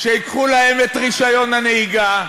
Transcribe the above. שייקחו להם את רישיון הנהיגה.